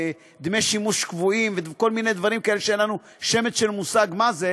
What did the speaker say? דמי שימוש קבועים וכל מיני דברים כאלה שאין לנו שמץ של מושג מה זה,